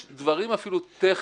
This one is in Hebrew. יש דברים אפילו טכניים,